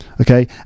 Okay